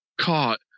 caught